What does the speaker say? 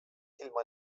silma